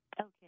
Okay